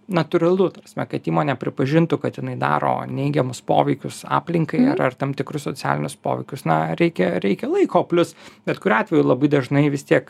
natūralu ta prasme kad įmonė pripažintų kad jinai daro neigiamus poveikius aplinkai ar ar tam tikrus socialinius poreikius na reikia reikia laiko plius bet kuriuo atveju labai dažnai vis tiek